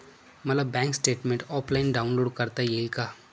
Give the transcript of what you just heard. मला bank statement offline download करता येईल का?